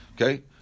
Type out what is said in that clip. Okay